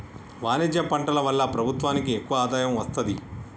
వాణిజ్య పంటల వల్ల ప్రభుత్వానికి ఎక్కువ ఆదాయం వస్తది